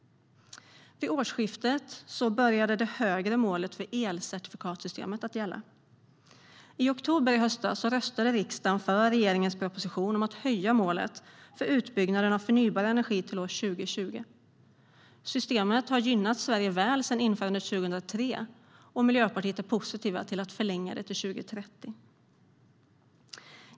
Vid årsskiftet började det högre målet för elcertifikatssystemet att gälla. I oktober i höstas röstade riksdagen för regeringens proposition om att höja målet för utbyggnaden av förnybar energi till år 2020. Systemet har gynnat Sverige väl sedan införandet 2003, och Miljöpartiet är positivt till att förlänga det till år 2030.